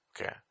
Okay